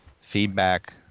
feedback